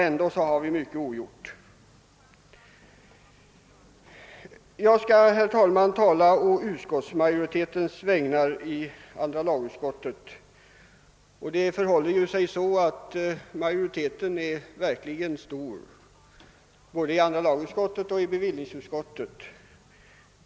Ändå har vi mycket ogjort. Jag skall, herr talman, nu tala å andra lagutskottets vägnar. Utskottsmajoriteten är verkligen stor i dessa frågor både i andra lagutskottet och i bevillningsutskottet.